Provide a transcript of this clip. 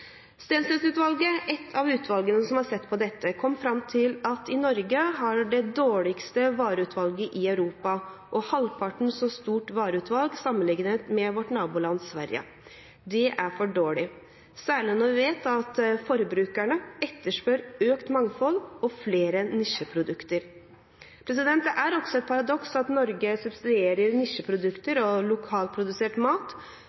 av utvalgene som har sett på dette, kom fram til at Norge har det dårligste vareutvalget i Europa, og det er halvparten så stort sammenlignet med vårt naboland Sverige. Det er for dårlig, særlig når vi vet at forbrukerne etterspør økt mangfold og flere nisjeprodukter. Det er også et paradoks at Norge subsidierer nisjeprodukter og lokalprodusert mat